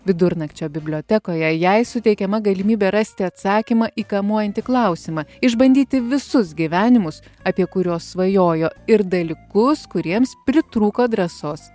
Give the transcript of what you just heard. vidurnakčio bibliotekoje jai suteikiama galimybė rasti atsakymą į kamuojantį klausimą išbandyti visus gyvenimus apie kuriuos svajojo ir dalykus kuriems pritrūko drąsos